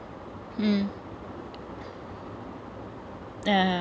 mm ya ya